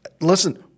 Listen